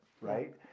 right